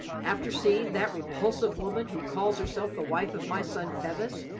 after seeing that repulsive woman who calls herself the wife of my son bevis,